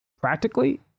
practically